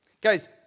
Guys